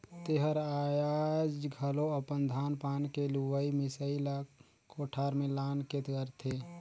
तेहर आयाज घलो अपन धान पान के लुवई मिसई ला कोठार में लान के करथे